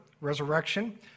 Resurrection